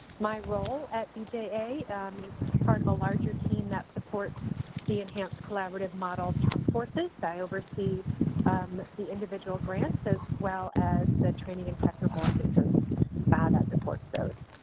my role at bja um is part of a larger team that supports the enhanced collaborative model task forces. i oversee um the individual grants, as well as the training and technical assistance and ah that supports those.